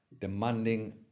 Demanding